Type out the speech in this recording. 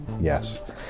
yes